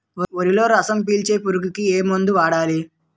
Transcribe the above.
వరిలో రసం పీల్చే పురుగుకి ఏ మందు వాడాలి?